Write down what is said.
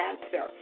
answer